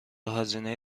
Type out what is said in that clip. هزینه